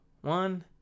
One